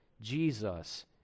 Jesus